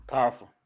Powerful